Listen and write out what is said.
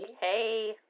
Hey